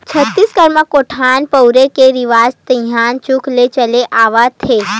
छत्तीसगढ़ म कोटना बउरे के रिवाज तइहा जुग ले चले आवत हे